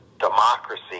democracy